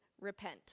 repent